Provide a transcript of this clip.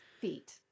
feet